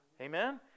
Amen